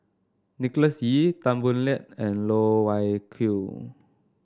Nicholas Ee Tan Boo Liat and Loh Wai Kiew